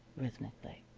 rhythmically.